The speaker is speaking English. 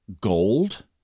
gold